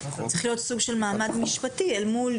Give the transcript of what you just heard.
צריך להיות סוג של מעמד משפטי מול